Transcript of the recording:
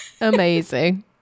Amazing